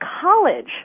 college